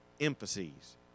emphases